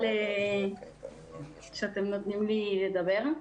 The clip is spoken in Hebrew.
שאתם נותנים לי לדבר.